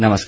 नमस्कार